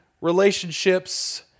relationships